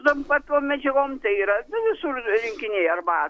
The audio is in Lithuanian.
tom prastom medžiagom tai yra nu visur rinkiniai arba